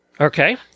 Okay